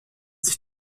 sich